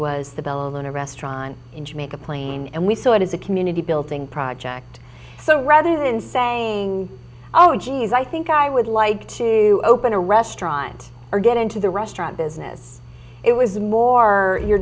luna restaurant in jamaica plain and we saw it as a community building project so rather than saying oh geez i think i would like to open a restaurant or get into the restaurant business it was more your